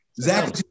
Zach